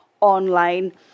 online